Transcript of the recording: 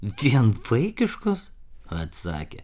vien vaikiškos atsakė